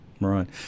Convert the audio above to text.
Right